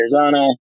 Arizona